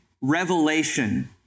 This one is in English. Revelation